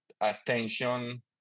attention